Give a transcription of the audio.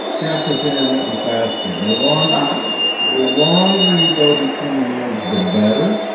practice intermittent fasting. the longer ah longer you go between meals the better.